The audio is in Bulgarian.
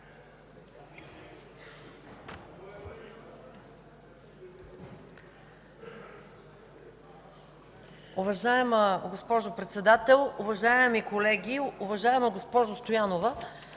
Уважаема госпожо Председател, уважаеми колеги! Уважаема госпожо Стоянова,